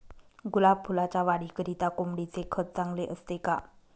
गुलाब फुलाच्या वाढीकरिता कोंबडीचे खत चांगले असते का?